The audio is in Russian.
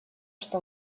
что